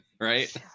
right